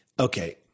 Okay